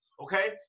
okay